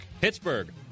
Pittsburgh